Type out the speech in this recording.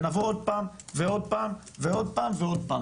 ונבוא עוד פעם ועוד פעם ועוד פעם,